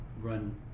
run